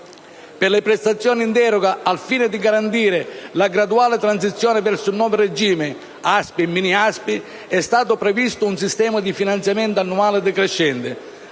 per le prestazioni in deroga, al fine di garantire le graduale transizione verso il nuovo regime (ASPI e mini ASPI), è stato previsto un sistema di finanziamento annuale decrescente.